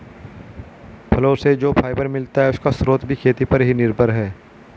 फलो से जो फाइबर मिलता है, उसका स्रोत भी खेती पर ही निर्भर है